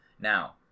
Now